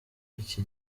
iki